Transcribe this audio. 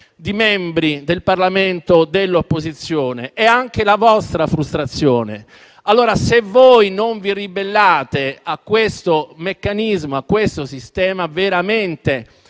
di membri del Parlamento dell'opposizione, ma anche della vostra frustrazione. Se voi non vi ribellate a questo meccanismo, a questo sistema, noi